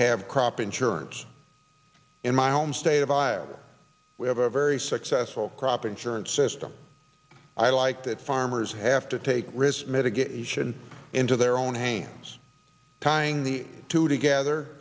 have crop insurance in my home state of iowa we have a very successful crop insurance system i like that farmers have to take risk mitigation into their own hands tying the two together